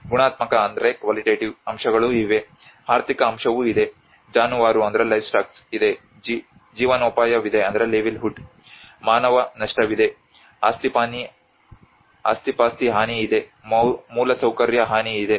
ಗುಣಾತ್ಮಕ ಅಂಶಗಳೂ ಇವೆ ಆರ್ಥಿಕ ಅಂಶವೂ ಇದೆ ಜಾನುವಾರು ಇದೆ ಜೀವನೋಪಾಯವಿದೆ ಮಾನವ ನಷ್ಟವಿದೆ ಆಸ್ತಿಪಾಸ್ತಿ ಹಾನಿ ಇದೆ ಮೂಲಸೌಕರ್ಯ ಹಾನಿ ಇದೆ